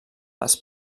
les